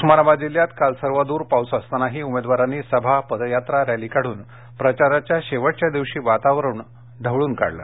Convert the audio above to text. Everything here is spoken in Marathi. उस्मानाबाद जिल्ह्यात काल सर्वदुर पाऊस असतानाही उमेदवारांनी सभा पदयात्रा रॅली काढून प्रचाराच्या शेवटच्या दिवशी वातावरण ढवळून काढले